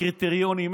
אין קריטריונים,